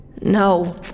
No